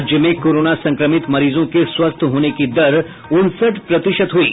राज्य में कोरोना संक्रमित मरीजों के स्वस्थ होने की दर उनसठ प्रतिशत हुयी